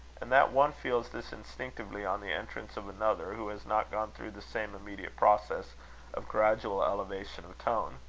and that one feels this instinctively on the entrance of another who has not gone through the same immediate process of gradual elevation of tone.